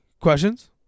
Questions